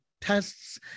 tests